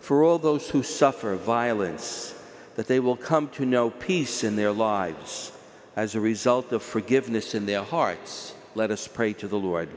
for all those who suffer violence that they will come to know peace in their lives as a result of forgiveness in their hearts let us pray to the lord